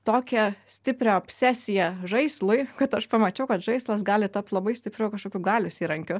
tokią stiprią obsesiją žaislui kad aš pamačiau kad žaislas gali tapt labai stipriu kažkokiu galios įrankiu